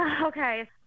Okay